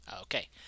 Okay